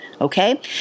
Okay